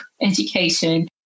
education